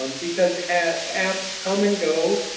um because apps come and go.